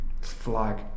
Flag